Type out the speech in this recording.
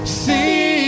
see